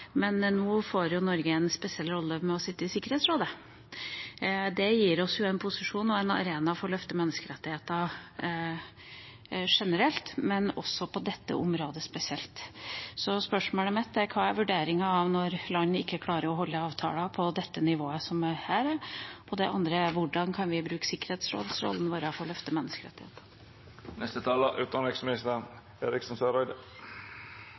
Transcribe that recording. Men nå får jo Norge en spesiell rolle ved å sitte i Sikkerhetsrådet. Det gir oss jo en posisjon og en arena for å løfte menneskerettigheter generelt, men også på dette området spesielt. Spørsmålene mine er: Hva er vurderingen når land ikke klarer å overholde avtaler på det nivået som er her? Det andre er: Hvordan kan vi bruke rollen vår i Sikkerhetsrådet til å løfte menneskerettigheter?